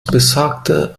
besagt